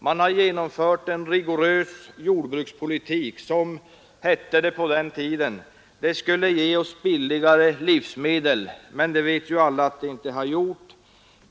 Man har genomfört en rigorös jordbrukspolitik som — hette det då — skulle ge oss billigare livsmedel. Alla vet att den inte har gjort det.